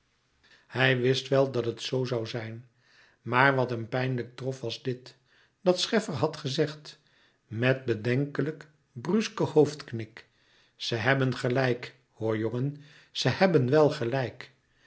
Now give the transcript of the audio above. hij wist wel dat dat zoo zoû zijn maar wat hem pijnlijk trof was dit dat scheffer had gezegd met bedenkelijk brusken hoofdknik ze hebben gelijk hoor jongen ze hebben wel gelijk